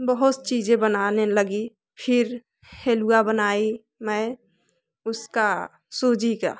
बहुत चीज़ें बनाने लगी फिर हलुआ बनाई मैं उसका सूजी का